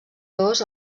dos